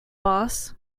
boss